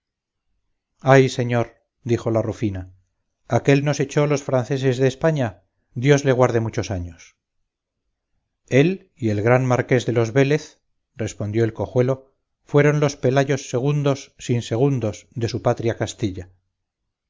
ay señor dijo la rufina aquél nos echó los franceses de españa dios le guarde muchos años el y el gran marqués de los vélez respondió el cojuelo fueron los pelayos segundos sin segundos de su patria castilla